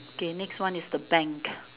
okay next one is the bank